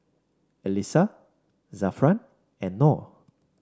Alyssa Zafran and Noh